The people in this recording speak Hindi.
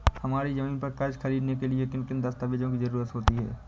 हमारी ज़मीन पर कर्ज ख़रीदने के लिए किन किन दस्तावेजों की जरूरत होती है?